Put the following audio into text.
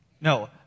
No